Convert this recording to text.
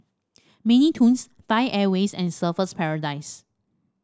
Mini Toons Thai Airways and Surfer's Paradise